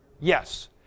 Yes